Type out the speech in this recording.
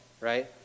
right